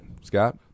Scott